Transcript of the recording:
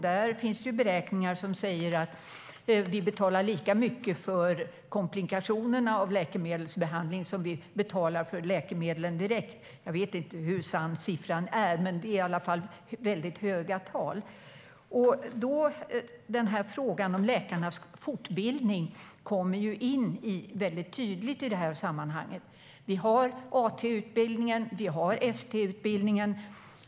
Där finns det beräkningar som säger att vi betalar lika mycket för komplikationerna av läkemedelsbehandlingarna som vi betalar för själva läkemedlen. Jag vet inte hur sann siffran är, men det är i alla fall väldigt höga tal. Frågan om läkarnas fortbildning kommer in väldigt tydligt i det här sammanhanget. Vi har AT-utbildningen och ST-utbildningen.